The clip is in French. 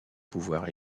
pouvoir